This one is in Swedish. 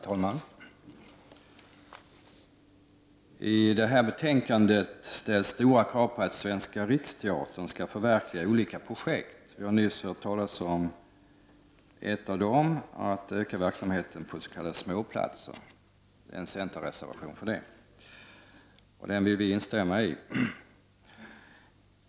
Herr talman! I detta betänkande ställs stora krav på att Svenska riksteatern skall förverkliga olika projekt. Vi har nyss hört talas om ett av dem, och det gäller att öka verksamheten på s.k. småplatser. Där finns det en centerreservation, som vi i miljöpartiet vill instämma i.